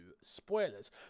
spoilers